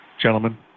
Gentlemen